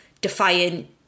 defiant